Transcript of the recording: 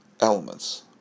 elements